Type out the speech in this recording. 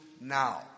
now